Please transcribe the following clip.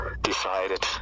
decided